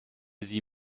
sie